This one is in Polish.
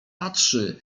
patrzy